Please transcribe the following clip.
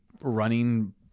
running